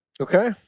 Okay